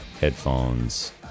headphones